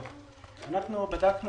אחמד טיבי,